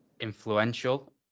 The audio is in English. influential